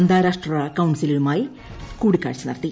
അന്താരാഷ്ട്ര കൌൺസിലുമായി കൂടിക്കാഴ്ച നടത്തി